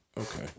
okay